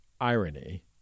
irony